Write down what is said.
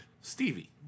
Stevie